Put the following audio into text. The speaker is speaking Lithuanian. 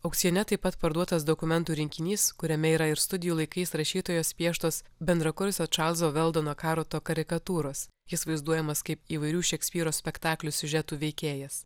aukcione taip pat parduotas dokumentų rinkinys kuriame yra ir studijų laikais rašytojos pieštos bendrakursio čarlzo veldono karoto karikatūros jis vaizduojamas kaip įvairių šekspyro spektaklių siužetų veikėjas